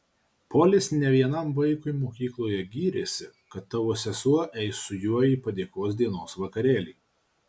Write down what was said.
polis ne vienam vaikui mokykloje gyrėsi kad tavo sesuo eis su juo į padėkos dienos vakarėlį